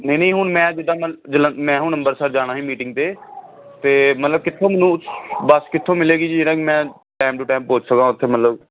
ਨਹੀਂ ਨਹੀਂ ਹੁਣ ਮੈਂ ਜਿੱਦਾਂ ਮਨ ਜਲਨ ਮੈਂ ਹੁਣ ਅੰਮ੍ਰਿਤਸਰ ਜਾਣਾ ਸੀ ਮੀਟਿੰਗ 'ਤੇ ਅਤੇ ਮਤਲਬ ਕਿੱਥੋਂ ਮੈਨੂੰ ਬੱਸ ਕਿੱਥੋਂ ਮਿਲੇਗੀ ਜਿਹੜਾ ਮੈਂ ਟੈਮ ਟੂ ਟੈਮ ਪਹੁੰਚ ਸਕਾ ਉੱਥੇ ਮਤਲਬ